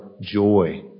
joy